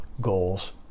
goals